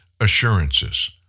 Assurances